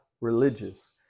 religious